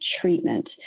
treatment